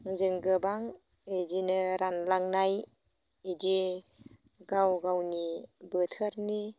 जों गोबां इदिनो रानलांनाय इदि गाव गावनि बोथोरनि